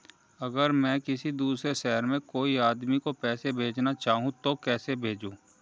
अगर मैं किसी दूसरे शहर में कोई आदमी को पैसे भेजना चाहूँ तो कैसे भेजूँ?